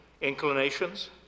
inclinations